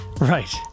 Right